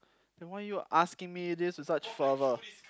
then why you asking me this with such fervor